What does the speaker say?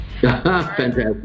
fantastic